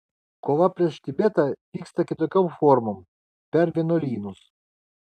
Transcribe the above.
kova prieš tibetą vyksta kitokiom formom per vienuolynus